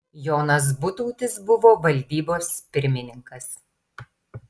jonas butautis buvo valdybos pirmininkas